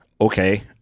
Okay